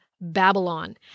Babylon